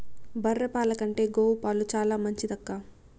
బర్రె పాల కంటే గోవు పాలు చాలా మంచిదక్కా